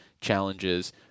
challenges